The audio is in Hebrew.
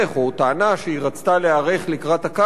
או טענה שהיא רצתה להיערך לקראת הקיץ,